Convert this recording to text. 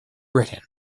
britain